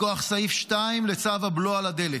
מכוח סעיף 2 לצו הבלו על הדלק.